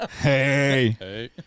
Hey